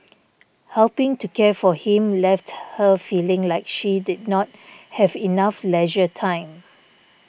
helping to care for him left her feeling like she did not have enough leisure time